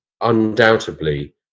undoubtedly